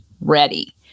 ready